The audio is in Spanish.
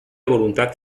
voluntad